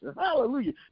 hallelujah